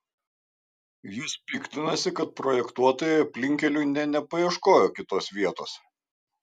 jis piktinasi kad projektuotojai aplinkkeliui nė nepaieškojo kitos vietos